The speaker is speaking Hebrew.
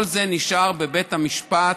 כל זה נשאר בבית המשפט,